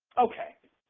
okay.